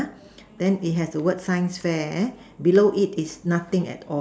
then is have what is sign fair bellow it is nothing at all